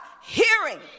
hearing